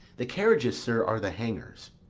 the carriages, sir, are the hangers.